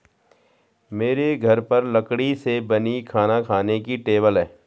मेरे घर पर लकड़ी से बनी खाना खाने की टेबल है